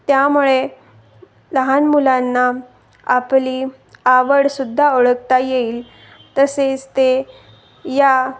त्यामुळे लहान मुलांना आपली आवडसुद्धा ओळखता येईल तसेच ते या